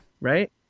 Right